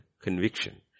conviction